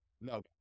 No